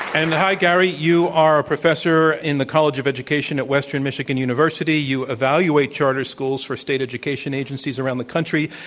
and, hi, gary. you are a professor in the college of education at the western michigan university. you evaluate charter schools for state education agencies around the country.